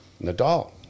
Nadal